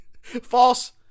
False